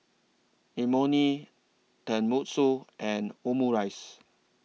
Imoni Tenmusu and Omurice